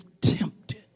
tempted